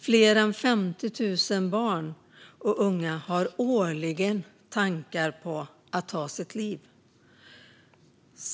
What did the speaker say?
Fler än 50 000 barn och unga har årligen tankar på att ta sitt liv.